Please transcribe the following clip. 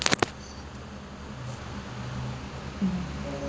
mm